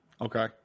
Okay